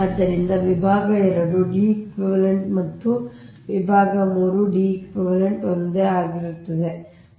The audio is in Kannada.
ಆದ್ದರಿಂದ ವಿಭಾಗ 2 Deq ಮತ್ತು ವಿಭಾಗ 3 Deq ಅವು ಒಂದೇ ಆಗಿರುತ್ತವೆ